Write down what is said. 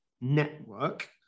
network